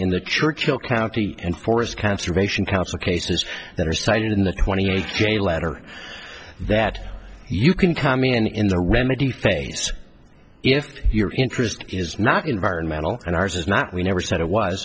in the churchill county enforced conservation council cases that are cited in the twenty eight day letter that you can come in in the remedy phase if your interest is not environmental and ours is not we never said it was